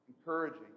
Encouraging